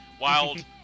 Wild